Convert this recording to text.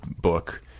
book